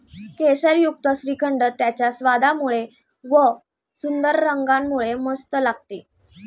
केशरयुक्त श्रीखंड त्याच्या स्वादामुळे व व सुंदर रंगामुळे मस्त लागते